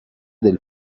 del